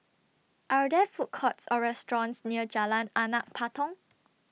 Are There Food Courts Or restaurants near Jalan Anak Patong